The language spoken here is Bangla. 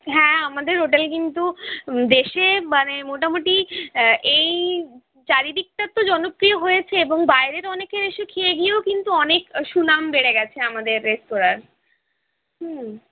হ্যাঁ আমাদের হোটেল কিন্তু দেশের মানে মোটামুটি এই চারিদিকটা তো জনপ্রিয় হয়েছে এবং বাইরের অনেকের এসে খেয়ে গিয়েও কিন্তু অনেক সুনাম বেড়ে গেছে আমাদের রেস্তোরাঁর হুম